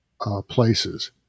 places